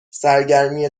سرگرمی